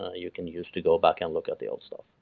ah you can use to go back and look at the old stuff